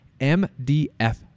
MDF